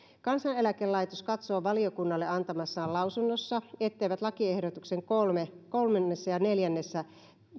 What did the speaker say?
kansaneläkelaitos katsoo valiokunnalle antamassaan lausunnossa etteivät lakiehdotuksen kolmannessa ja neljännessä